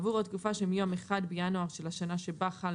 עבור התקופה שמיום 1 בינואר של השנה שבה חל